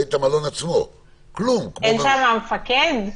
אין שם מפקד?